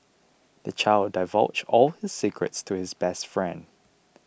the child divulged all his secrets to his best friend